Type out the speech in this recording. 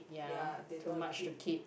ya they don't wanna keep